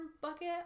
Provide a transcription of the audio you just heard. bucket